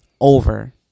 over